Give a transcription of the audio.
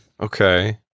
Okay